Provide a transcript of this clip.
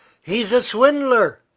he's a swindler!